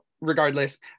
regardless